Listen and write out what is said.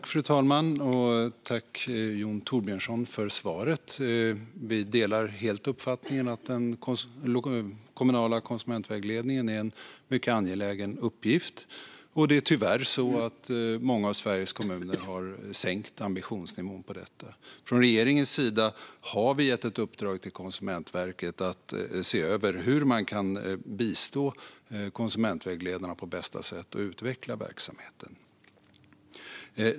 Fru talman! Tack, Jon Thorbjörnson, för frågan! Vi delar helt uppfattningen att den kommunala konsumentvägledningen är en mycket angelägen uppgift. Det är tyvärr så att många av Sveriges kommuner har sänkt ambitionsnivån för detta. Regeringen har gett ett uppdrag till Konsumentverket att se över hur konsumentvägledarna kan bistås på bästa sätt och verksamheten utvecklas.